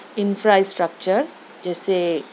infra structure جیسے